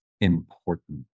important